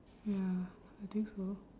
ya I think so